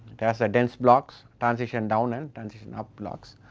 it has ah dense blocks, transition down and transition up blocks.